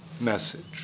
message